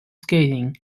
skating